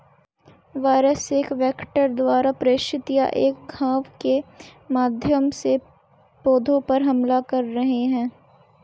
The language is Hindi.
वायरस एक वेक्टर द्वारा प्रेषित या एक घाव के माध्यम से पौधे पर हमला कर रहे हैं